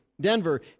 Denver